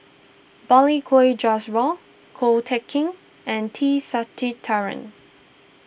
Balli Kaur Jaswal Ko Teck Kin and T Sasitharan